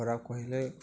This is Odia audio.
ଖରାପ କହିଲେ